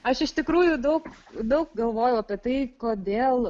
aš iš tikrųjų daug daug galvojau apie tai kodėl